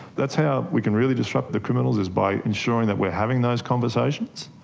that's how we can really disrupt the criminals, is by ensuring that we are having those conversations.